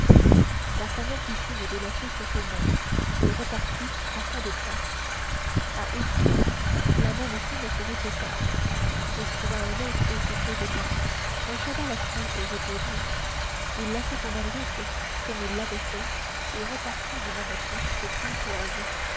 d'artagnan fit signe de la tête que non et repartit à fond de train à écouis la même scène se répéta il trouva un hôte aussi prévenant un cheval frais et reposé il laissa son adresse comme il l'avait fait et repartit du même train pour pontoise